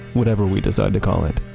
whatever we decide to call it,